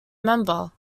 member